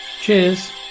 Cheers